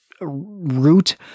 root